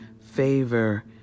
favor